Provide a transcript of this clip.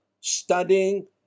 studying